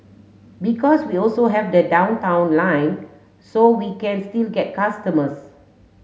because we also have the Downtown Line so we can still get customers